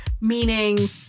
Meaning